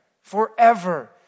Forever